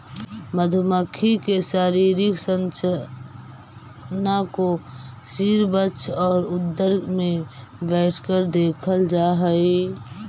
मधुमक्खी के शारीरिक संरचना को सिर वक्ष और उदर में बैठकर देखल जा हई